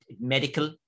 medical